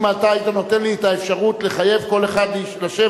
אם אתה היית נותן לי את האפשרות לחייב כל אחד לשבת,